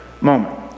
moment